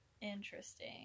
Interesting